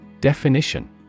Definition